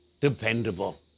dependable